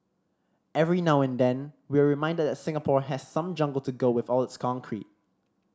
every now and then we're reminded that Singapore has some jungle to go with all its concrete